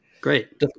Great